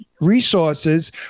resources